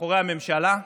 מאחורי הממשלה,